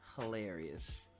hilarious